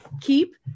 Keep